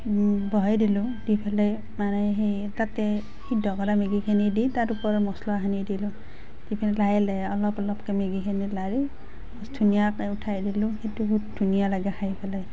বঢ়াই দিলোঁ দি পেলাই মানে সেই তাতে সিদ্ধ কৰা মেগিখিনি দি তাত ওপৰত মছলাখিনি দিলোঁ দি পেলাই লাহে লাহে অলপ অলপকৈ মেগিখিনি লাৰি ধুনীয়াকৈ উঠাই দিলোঁ সেইটো বহুত ধুনীয়া লাগে খাই পেলাই